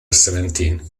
seventeen